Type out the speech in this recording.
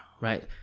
right